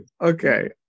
okay